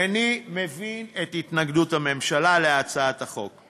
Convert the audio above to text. איני מבין את התנגדות הממשלה להצעת החוק.